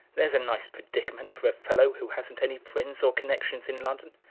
there's a nice predicament for a fellow who hasn't any friends or connections in london!